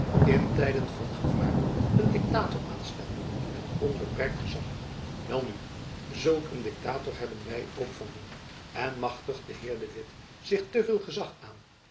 in tijden van gevaar een diktator aanstelden met onbeperkt gezach welnu zulk een diktator hebben wy ook van doen en matigt de heer de witt zich te veel gezach aan